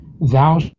thou